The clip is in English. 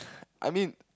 I mean